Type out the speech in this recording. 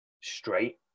straight